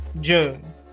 june